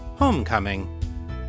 Homecoming